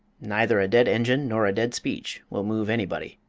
neither a dead engine nor a dead speech will move anybody.